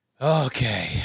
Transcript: Okay